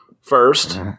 First